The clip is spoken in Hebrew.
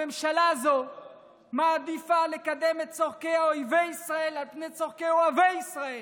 הממשלה הזו מעדיפה לקדם את צורכי אויבי ישראל על פני צורכי אוהבי ישראל.